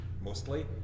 mostly